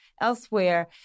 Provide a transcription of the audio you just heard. elsewhere